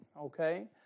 okay